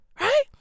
Right